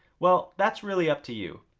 well, that's really up to you.